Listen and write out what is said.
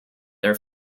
their